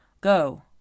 Go